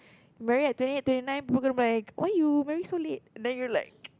married at twenty eight twenty nine people gonna be like why you marry so late and then you're like